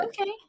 Okay